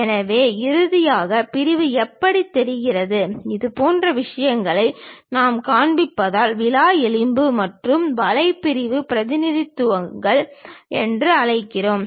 எனவே இறுதியாக பிரிவு அப்படி தெரிகிறது இதுபோன்ற விஷயங்களை நாங்கள் காண்பித்தால் விலா எலும்பு மற்றும் வலை பிரிவு பிரதிநிதித்துவங்கள் என்று அழைக்கிறோம்